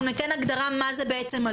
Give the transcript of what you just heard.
אנחנו ניתן הגדרה מה זה בעצם הלול.